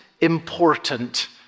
important